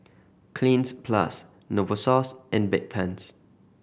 Cleanz Plus Novosource and Bedpans